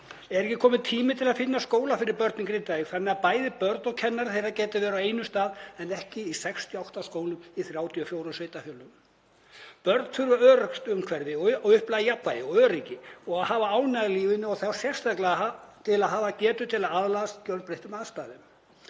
Er ekki kominn tími til að finna skóla fyrir börn úr Grindavík þannig að bæði börn og kennarar þeirra geti verið á einum stað en ekki í 68 skólum í 34 sveitarfélögum? Börn þurfa öruggt umhverfi og að upplifa jafnvægi og öryggi og að hafa ánægju í lífinu og þá sérstaklega til að geta aðlagast gjörbreyttum aðstæðum,